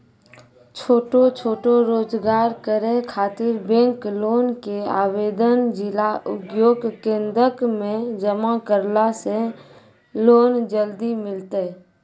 छोटो छोटो रोजगार करै ख़ातिर बैंक लोन के आवेदन जिला उद्योग केन्द्रऽक मे जमा करला से लोन जल्दी मिलतै?